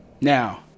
Now